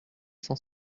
cent